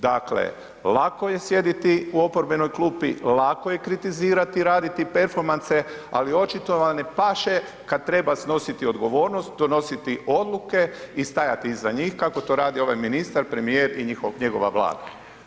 Dakle, lako je sjediti u oporbenoj klupi, lako je kritizirati i raditi perfomanse, ali očito vam ne paše kad treba snositi odgovornost, donositi odluke i stajati iza njih kako to radi ovaj ministar, premijer i njegova Vlada.